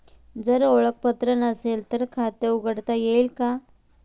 जर ओळखपत्र नसेल तर खाते उघडता येईल का?